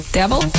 devil